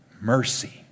mercy